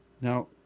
Now